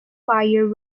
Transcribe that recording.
fire